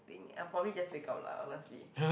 thing I probably just wake up lah honestly